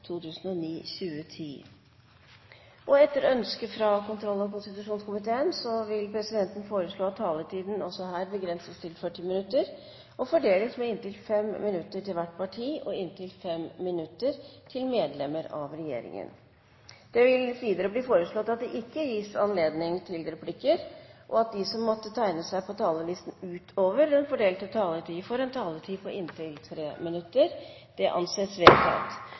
vil presidenten foreslå at taletiden begrenses til 45 minutter og fordeles med inntil 10 minutter til saksordføreren, inntil 5 minutter til hvert av de øvrige partiene og inntil 5 minutter til medlemmer av regjeringen. Videre vil presidenten foreslå at det ikke gis anledning til replikker, og at de som måtte tegne seg på talerlisten utover den fordelte taletid, får en taletid på inntil 3 minutter. – Det anses vedtatt.